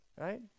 Right